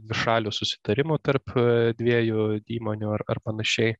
dvišalių susitarimų tarp dviejų įmonių ar ar panašiai